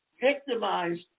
victimized